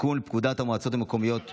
לתיקון פקודת המועצות המקומיות (מס'